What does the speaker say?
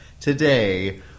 today